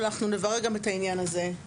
אבל אנחנו נברר גם את העניין הזה,